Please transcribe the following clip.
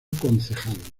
concejal